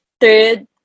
third